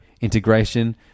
integration